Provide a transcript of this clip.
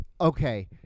okay